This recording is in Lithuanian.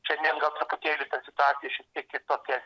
šiandien gal truputėlį situacija šiek tiek kitokia